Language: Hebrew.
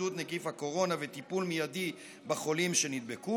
התפשטות נגיף הקורונה ולטיפול מיידי בחולים שנדבקו